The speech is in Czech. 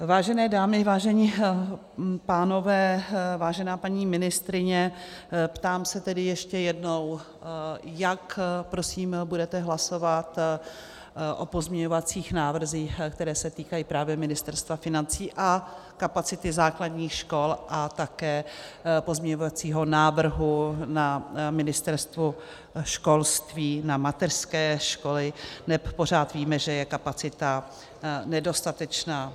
Vážené dámy, vážení pánové, vážená paní ministryně, ptám se tedy ještě jednou, jak prosím budete hlasovat o pozměňovacích návrzích, které se týkají právě Ministerstva financí a kapacity základních škol a také pozměňovacího návrhu na Ministerstvu školství na mateřské školy, neb pořád víme, že je kapacita nedostatečná.